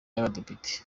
y’abadepite